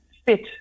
fit